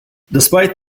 despite